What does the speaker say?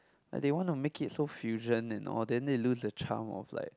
like they wanna make it so fusion and all then they lose the charm of like